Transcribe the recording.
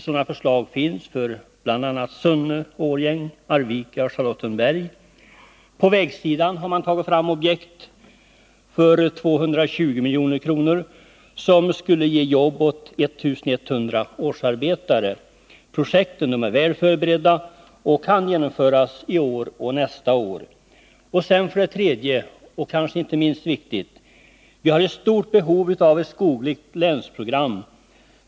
Sådana förslag finns, bl.a. för Sunne, Årjäng, Arvika och Charlottenberg. På vägsidan har man för det andra tagit fram objekt för 220 milj.kr., som skulle ge jobb åt 1 100 årsarbetare. Projekten är väl förberedda och kan genomföras i år och nästa år. För det tredje har vi stort behov av ett skogligt länsprogram.